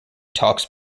talks